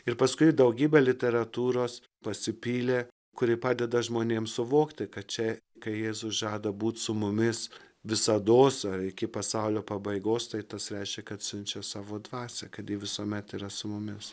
ir paskui daugybė literatūros pasipylė kuri padeda žmonėms suvokti kad čia kai jėzus žada būti su mumis visados ar iki pasaulio pabaigos tai tas reiškia kad siunčia savo dvasią kad ji visuomet yra su mumis